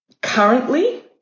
Currently